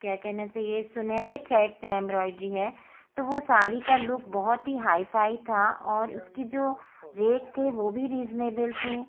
क्या कहना चहिए सुनेहरे थ्रेड से एमब्रोयड्री है तो वो साड़ी का लुक बहुत ही हाई फाई था और उसका जो रेट थे वो भी रिजनेबेल थे